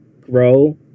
grow